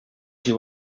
she